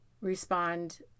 respond